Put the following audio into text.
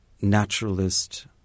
naturalist